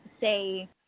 say